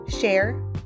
share